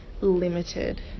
Limited